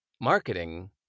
marketing